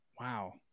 Wow